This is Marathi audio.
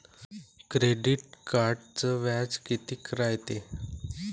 क्रेडिट कार्डचं व्याज कितीक रायते?